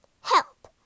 Help